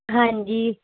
ਹਾਂਜੀ